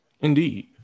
indeed